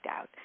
out